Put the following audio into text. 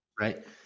Right